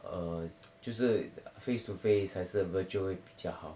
err 就是 face to face 还是 virtual 会比较好